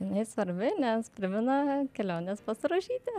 jinai svarbi nes primena keliones pas rožytę